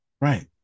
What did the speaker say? Right